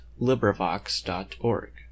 LibriVox.org